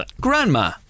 Grandma